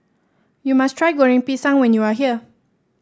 you must try Goreng Pisang when you are here